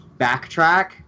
backtrack